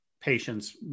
patients